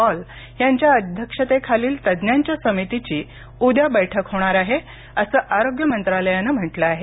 Paul यांच्या अध्यक्षतेखालील तज्ञांच्या समितीची उद्या बैठक होणार आहे अस आरोग्य मंत्रालयाने म्हटलं आहे